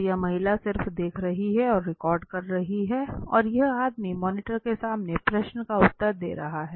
तो यह महिला सिर्फ देख रही है और रिकॉर्ड कर रही है और यह आदमी मॉनिटर के सामने प्रश्न का उत्तर दें रहा है